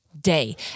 day